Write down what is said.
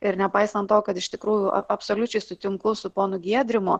ir nepaisant to kad iš tikrųjų a absoliučiai sutinku su ponu giedrimu